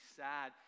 sad